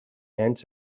hands